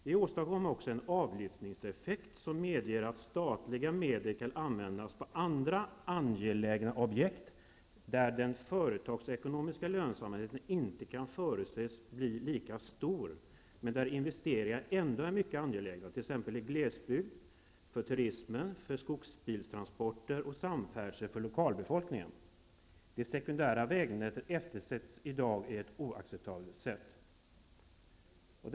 Vi åstadkommer också en s.k. avlyftningseffekt, som medger att statliga medel kan användas för andra angelägna objekt, där den företagsekonomiska lönsamheten inte kan förutses bli lika stor, men där investeringar ändå är mycket angelägna, t.ex. i glesbygd, för turismen, för skogsbiltransporter och för samfärdsel för lokalbefolkningen. Det sekundära vägnätet eftersätts i dag på ett oacceptabelt sätt.